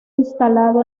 instalado